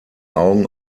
augen